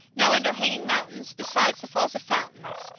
now under hanging mountains, beside the falls of fountains,